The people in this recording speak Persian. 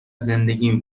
زندگیم